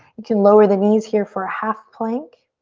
you can lower the knees here for a half plank.